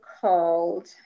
called